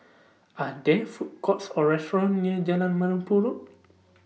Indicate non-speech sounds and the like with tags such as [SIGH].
Are There Food Courts Or restaurants near Jalan [UNINTELLIGIBLE]